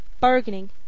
bargaining